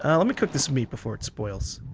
ah let me cook this meat before it spoils.